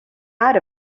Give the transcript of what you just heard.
out